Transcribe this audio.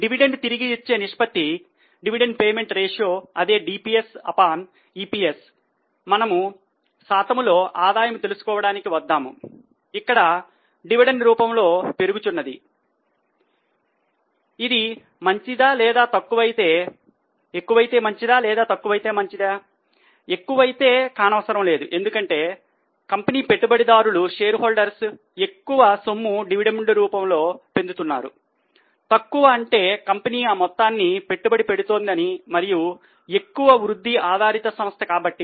dividend తిరిగి ఇచ్చే నిష్పత్తి ఎక్కువ సొమ్ము డివిడెండ్ రూపములో పొందుతున్నారు తక్కువ అంటే కంపెనీ ఆ మొత్తాన్ని పెట్టుబడి పెడుతోందని మరియు ఎక్కువ వృద్ధి ఆధారిత సంస్థ కాబట్టి